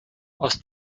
aus